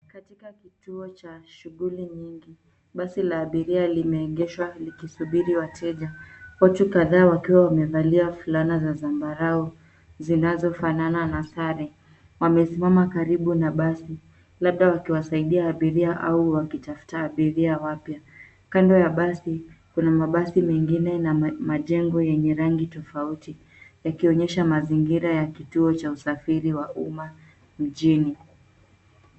Katika kituo cha shughuli nyingi, basi la abiria limeegeshwa likisubiri wateja. Watu kadhaa wakiwa wamevalia fulana za zambarau zinazofanana na sare, wamesimama karibu na basi. Labda wakiwasaidia abiria au wakitafuta abiria wapya. Kando ya basi, kuna mabasi mengine na majengo yenye rangi tofauti, yakionyesha mazingira ya kituo cha usafiri wa umma mjini.